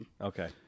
Okay